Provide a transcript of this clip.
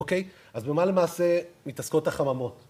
‫אוקיי? אז במה למעשה ‫מתעסקות החממות?